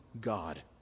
God